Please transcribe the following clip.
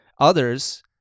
Others